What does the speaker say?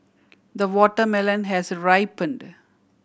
the watermelon has ripened